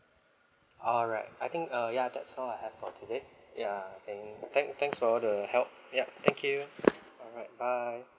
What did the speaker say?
all right I think uh ya that's all have for today ya thank thank thanks for the help yup thank you all right bye